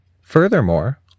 Furthermore